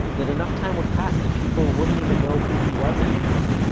that enough time would pass that people wouldn't even know who he was anymore.